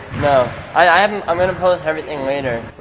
no, i'm i'm going to post everything later.